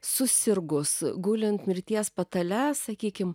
susirgus gulint mirties patale sakykim